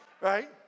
Right